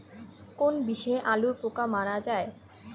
কোন বিষে আলুর পোকা মারা যায়?